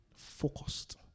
Focused